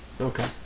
Okay